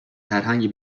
herhangi